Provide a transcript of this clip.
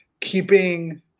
keeping